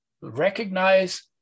recognize